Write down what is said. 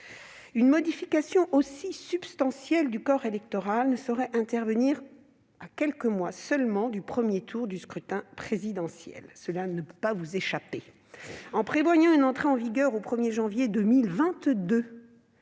qu'une modification aussi substantielle du corps électoral ne saurait intervenir à quelques mois seulement du premier tour du scrutin présidentiel. En prévoyant une entrée en vigueur au 1 janvier 2022,